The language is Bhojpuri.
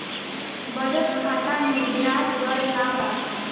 बचत खाता मे ब्याज दर का बा?